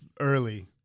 early